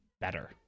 better